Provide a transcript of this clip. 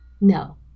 no